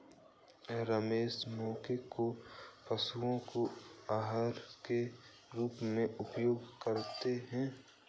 रमेश मक्के को पशुओं के आहार के रूप में उपयोग करता है